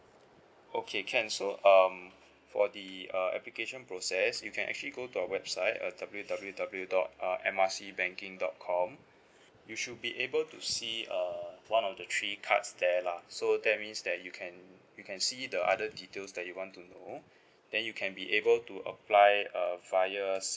okay can so um for the uh application process you can actually go to our website uh W_W_W dot uh M R C banking dot com you should be able to see err one of the three cards there lah so that means that you can you can see it the other details that you want to know then you can be able to apply uh via